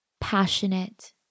Passionate